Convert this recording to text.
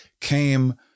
came